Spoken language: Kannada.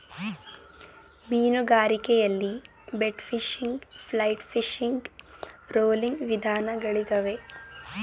ಮೀನುಗಾರಿಕೆಯಲ್ಲಿ bait fishing, flight fishing, rolling ವಿಧಾನಗಳಿಗವೆ